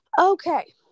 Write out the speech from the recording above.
Okay